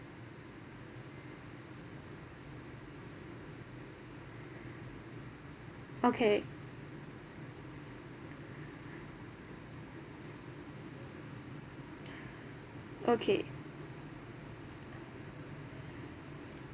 okay okay